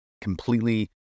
completely